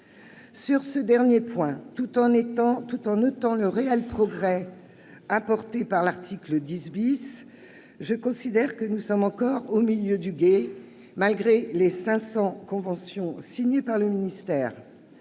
Sur ce dernier point, tout en notant le réel progrès apporté par l'article 10 , je considère que nous sommes encore au milieu du gué, malgré les 500 conventions signées par le ministère.